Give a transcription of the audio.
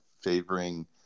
favoring –